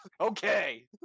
Okay